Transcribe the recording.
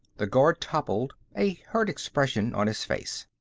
the guard toppled, a hurt expression on his face.